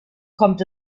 kommt